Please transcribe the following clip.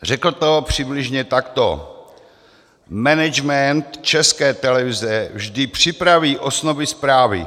Řekl to přibližně takto: Management České televize vždy připraví osnovy zprávy.